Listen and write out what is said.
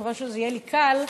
אני מקווה שזה יהיה לי קל.